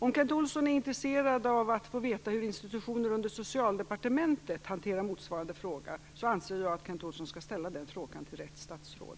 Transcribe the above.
Om Kent Olsson är intresserad av att få veta hur institutioner under Socialdepartementet hanterar motsvarande fråga anser jag att Kent Olsson skall ställa sin fråga till rätt statsråd.